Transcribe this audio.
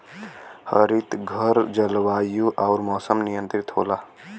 हरितघर जलवायु आउर मौसम नियंत्रित होला